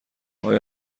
آیا